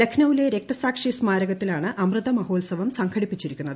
ലഖ്നൌവിലെ രക്തസാക്ഷി സ്മാരകത്തിലാണ് അമൃതമഹോത്സവം സംഘടിപ്പിച്ചിരിക്കുന്നത്